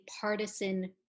partisan